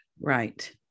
Right